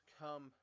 come